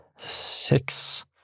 six